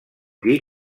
dir